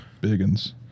biggins